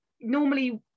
normally